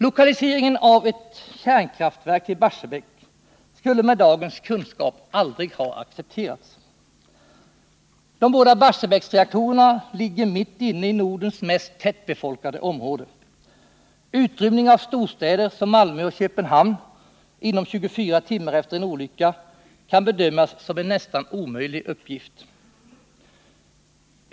Lokaliseringen av ett kärnkraftverk till Barsebäck skulle med dagens kunskap aldrig ha accepterats. De båda Barsebäcksreaktorerna ligger mitt inne i Nordens mest tättbefolkade område. En utrymning av storstäder som Malmö och Köpenhamn inom 24 timmar efter en olycka kan bedömas som en nästan omöjlig uppgift.